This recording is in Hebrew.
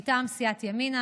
מטעם סיעת ימינה,